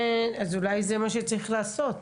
אז אולי זה מה שצריך לעשות.